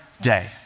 day